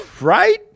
Right